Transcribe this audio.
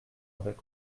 avec